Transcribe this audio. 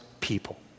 people